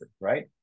right